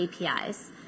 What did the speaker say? APIs